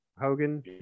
Hogan